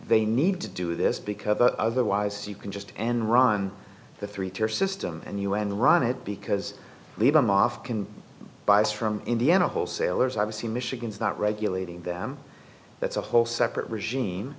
they need to do this because otherwise you can just enron the three tier system and un run it because leave them off can bias from indiana wholesalers obviously michigan's not regulating them that's a whole separate regime